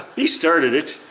he started it!